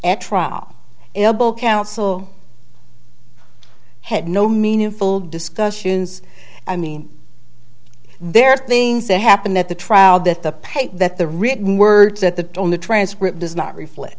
at trial counsel had no meaningful discussions i mean there are things that happened at the trial that the paper that the written words at the on the transcript does not reflect